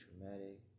traumatic